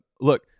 look